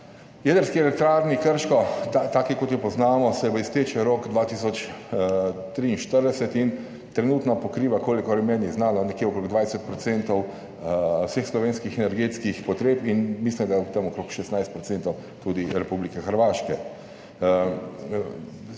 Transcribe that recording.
Jedrski elektrarni Krško, taki kot jo poznamo, se izteče rok leta 2043, in trenutno pokriva, kolikor je meni znano, okrog 20 % vseh slovenskih energetskih potreb in mislim, da tudi okrog 16 % Republike Hrvaške.